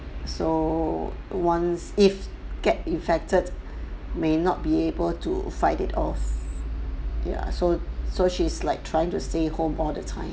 so once if get infected may not be able to fight it off yeah so so she's like trying to stay home all the time